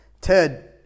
Ted